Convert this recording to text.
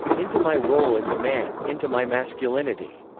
into my role as a man, into my masculinity.